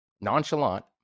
nonchalant